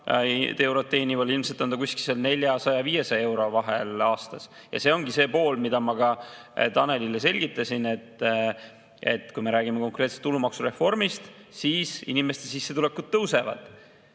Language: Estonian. [inimesel] ilmselt on ta kuskil 400–500 euro vahel aastas. See ongi see, mida ma ka Tanelile selgitasin, et kui me räägime konkreetselt tulumaksureformist, siis inimeste sissetulekud tõusevad.